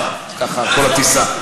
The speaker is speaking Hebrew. ככה על כל הטיסה.